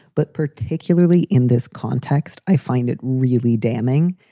but particularly in this context, i find it really damning.